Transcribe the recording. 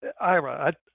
Ira